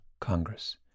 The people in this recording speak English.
Congress